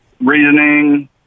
reasoning